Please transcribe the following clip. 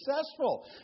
successful